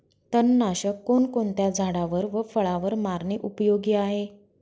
तणनाशक कोणकोणत्या झाडावर व फळावर मारणे उपयोगी आहे?